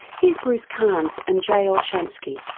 here's bruce carnes and jay olshansky.